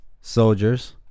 Soldiers